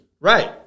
Right